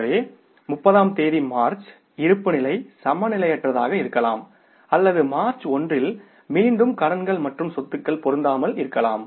எனவே 30 ஆம் தேதி மார்ச் இருப்புநிலை நிலை சமநிலையற்றதாக இருக்கலாம் அல்லது மார்ச் 1 இல் மீண்டும் கடன்கள் மற்றும் சொத்துக்கள் பொருந்தாமல் இருக்கலாம்